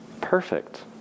perfect